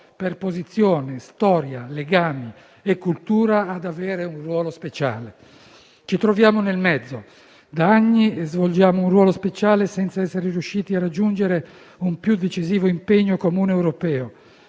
per posizione, storia, legami e cultura, ad avere un ruolo speciale. Ci troviamo nel mezzo. Da anni svolgiamo un ruolo speciale senza essere riusciti a raggiungere un più decisivo impegno comune europeo.